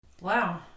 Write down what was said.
Wow